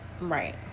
Right